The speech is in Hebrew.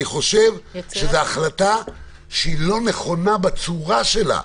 אני חושב שזו החלטה לא נכונה בצורה שלה.